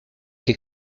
che